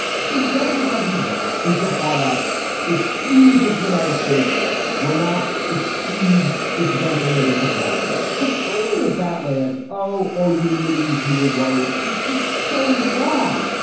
it does look like he's right in so far as it seems that the united states will not exceed its ventilator capacity. but framing it that way as, oh, all you ninnies who were worried is just so wrong.